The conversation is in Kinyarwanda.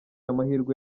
amahirwe